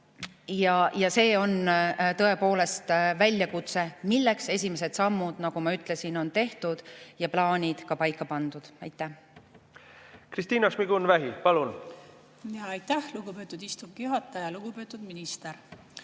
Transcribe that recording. Ja see on tõepoolest väljakutse, milleks esimesed sammud, nagu ma ütlesin, on tehtud ja plaanid ka paika pandud. Kristina Šmigun-Vähi, palun! Aitäh, lugupeetud istungi juhataja! Lugupeetud minister!